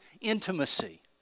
intimacy